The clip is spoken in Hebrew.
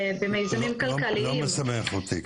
במיזמים כלכליים --- לא משמח אותי,